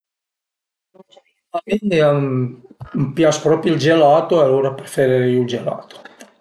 'm pias propi ël gelato alura preferirìu ël gelato